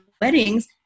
weddings